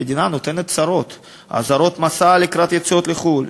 המדינה נותנת צרות: אזהרות מסע לקראת יציאות לחו"ל,